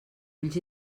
ulls